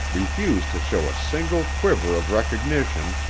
refuse to show a single quiver of recognition,